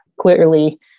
clearly